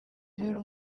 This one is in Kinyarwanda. urera